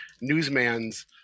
newsman's